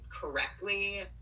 correctly